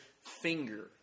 finger